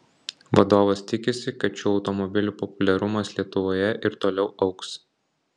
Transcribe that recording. vadovas tikisi kad šių automobilių populiarumas lietuvoje ir toliau augs